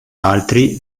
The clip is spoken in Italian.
altri